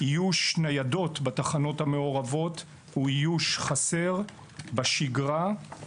איוש הניידות בתחנות המעורבות הוא איוש חסר בשגרה,